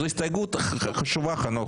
זו הסתייגות חשובה, חנוך.